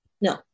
No